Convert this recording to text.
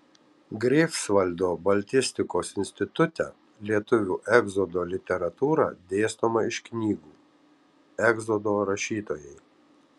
greifsvaldo baltistikos institute lietuvių egzodo literatūra dėstoma iš knygų egzodo rašytojai